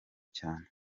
cyane